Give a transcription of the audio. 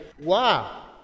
wow